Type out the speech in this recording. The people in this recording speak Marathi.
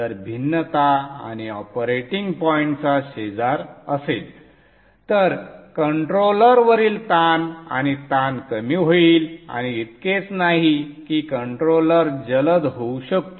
जर भिन्नता आणि ऑपरेटिंग पॉइंटचा शेजार असेल तर कंट्रोलरवरील ताण आणि ताण कमी होईल आणि इतकेच नाही की कंट्रोलर जलद होऊ शकतो